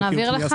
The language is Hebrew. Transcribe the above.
נעביר לך.